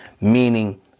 meaning